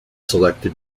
selected